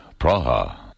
Praha